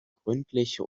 gründliche